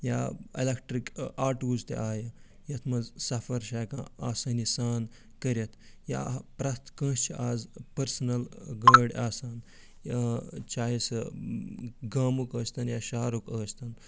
یا electric autos تہِ آیہِ یتھ مَنٛز سَفَر چھِ ہٮ۪کان آسٲنی سان کٔرِتھ یا پرٛٮ۪تھ کٲنٛسہِ چھِ آز پٔرسٕنل گٲڑۍ آسان چاہے سُہ گامُک ٲسۍتن یا شَہرُک ٲسۍتن